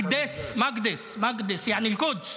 "בית אל-מקדס" מקדס, מקדס, יעני אל-קודס.